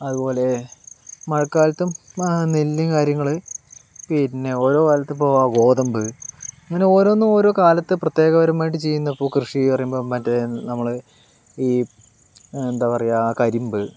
അതുപോലെ മഴക്കാലത്തും നെല്ല് കാര്യങ്ങൾ പിന്നെ ഓരോ കാലത്തിപ്പോൾ ഗോതമ്പ് അങ്ങനെ ഓരോന്നും ഓരോ കാലത്ത് പ്രത്യേകപരമായിട്ട് ചെയ്യുന്ന ഇപ്പോൾ കൃഷി പറയുമ്പോൾ മറ്റേ നമ്മൾ ഈ എന്താ പറയുക കരിമ്പ്